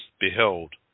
beheld